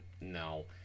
no